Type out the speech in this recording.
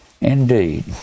indeed